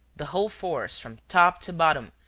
the whole force, from top to bottom,